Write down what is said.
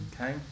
okay